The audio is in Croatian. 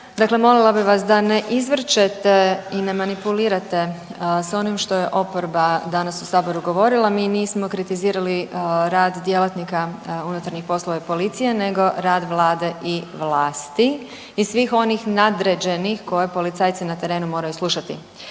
dakle molila bih vas da ne izvrćete i ne manipulirate sa onim što je oporba danas u Saboru govorila. Mi nismo kritizirali rad djelatnika unutarnjih poslova i policije, nego rad Vlade i vlasti i svih onih nadređenih koje policajci na terenu moraju slušati.